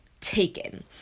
Taken